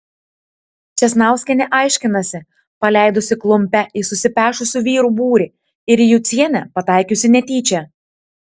česnauskienė aiškinasi paleidusi klumpe į susipešusių vyrų būrį ir į jucienę pataikiusi netyčia